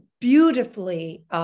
beautifully